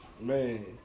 Man